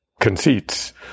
conceits